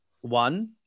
one